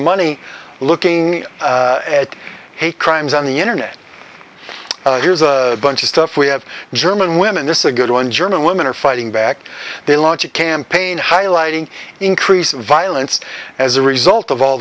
money looking at hate crimes on the internet here's a bunch of stuff we have german women this is a good one german women are fighting back they launch a campaign highlighting increased violence as a result of all